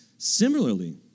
Similarly